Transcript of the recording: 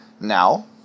Now